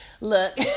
Look